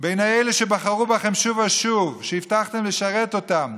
בעיני אלה שבחרו בכם שוב ושוב, שהבטחתם לשרת אותם.